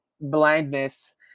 blindness